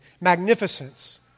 magnificence